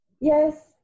Yes